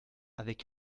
avec